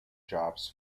jobs